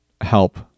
help